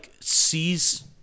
sees